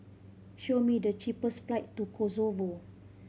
show me the cheapest flight to Kosovo